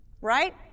right